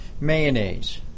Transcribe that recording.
mayonnaise